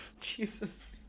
Jesus